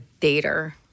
dater